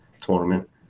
tournament